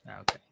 Okay